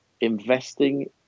investing